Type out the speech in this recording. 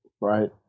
right